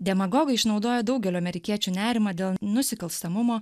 demagogai išnaudoja daugelio amerikiečių nerimą dėl nusikalstamumo